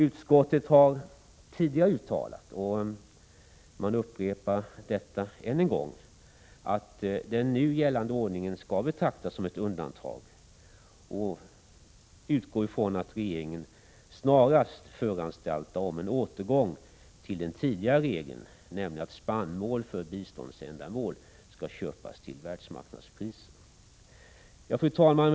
Utskottet har tidigare uttalat och upprepar det än en gång, att den nu gällande ordningen skall betraktas som ett undantag, och utgår från att regeringen snarast föranstaltar om en återgång till den tidigare regeln, nämligen att spannmål för biståndsändamål skall köpas till världsmarknadspriser. Fru talman!